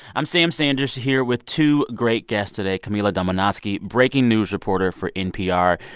i'm sam sanders here with two great guests today camila domonoske, yeah breaking news reporter for npr,